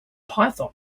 python